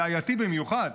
הבעייתי במיוחד,